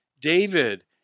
David